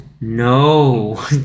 no